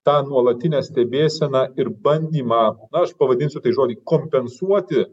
tą nuolatinę stebėseną ir bandymą aš pavadinsiu tai žodį kompensuoti